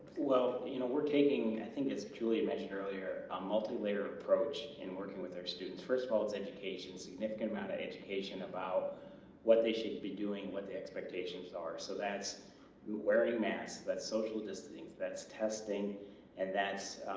well you know we're taking i think it's truly mentioned earlier a multi-layer approach in working with our students first of all it's education significant amount of education about what they should be doing what the expectations are so that's wearing masks that's social distancing that's testing and that's